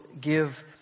give